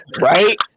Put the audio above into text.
right